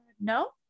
no